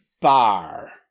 bar